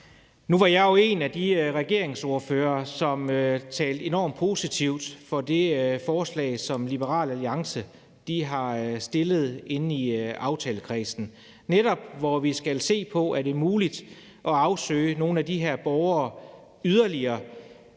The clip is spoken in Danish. Nu var jeg jo en af de regeringsordførere, som talte enormt positivt om det forslag, som Liberal Alliance er kommet med i aftalekredsen, om, at vi netop skal se på, om det er muligt at undersøge nogle af de her borgere yderligere.